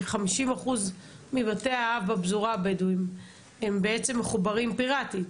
ש-50% מבתי האב בפזורה הבדואית הם בעצם מחוברים פיראטית,